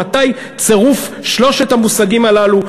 מתי צירוף שלושת המושגים הללו,